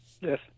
Yes